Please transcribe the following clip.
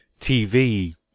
TV